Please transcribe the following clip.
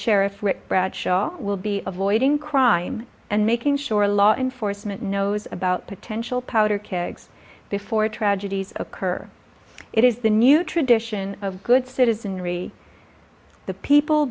sheriff rick bradshaw will be avoiding crime and making sure law enforcement knows about potential powder kegs before tragedies occur it is the new tradition of good citizenry the people